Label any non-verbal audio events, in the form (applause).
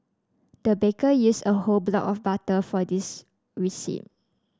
the baker used a whole block of butter for this (unintelligible)